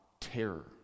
terror